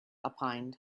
opined